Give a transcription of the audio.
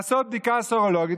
לעשות בדיקה סרולוגית,